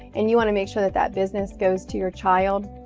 and you want to make sure that that business goes to your child.